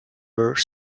were